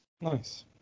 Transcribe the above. Nice